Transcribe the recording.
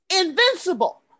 Invincible